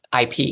IP